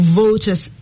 voters